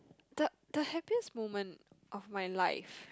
the the happiest moment of my life